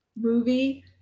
movie